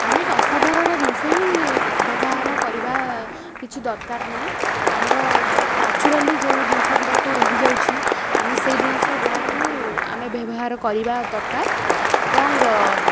ଆମେ ଅସାଧାରଣ ଜିନିଷ ହିଁ ବ୍ୟବହାର କରିବା କିଛି ଦରକାର ନାହିଁ ଆମର ନ୍ୟାଚୁରାଲି ଯେଉଁ ଜିନିଷ ଗୁଡ଼ାକ ରହିଯାଉଛି ଆମେ ସେଇ ଜିନିଷ ଗୁଡ଼ାକୁ ଆମେ ବ୍ୟବହାର କରିବା ଦରକାର ଏବଂ